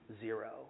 zero